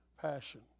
passion